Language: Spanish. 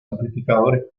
amplificadores